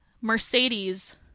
Mercedes